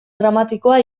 dramatikoa